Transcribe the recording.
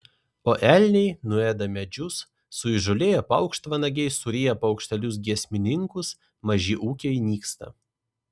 o elniai nuėda medžius suįžūlėję paukštvanagiai suryja paukštelius giesmininkus maži ūkiai nyksta